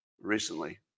recently